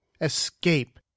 escape